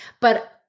But-